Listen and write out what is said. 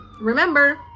remember